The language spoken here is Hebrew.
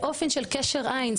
באופן של קשר עין,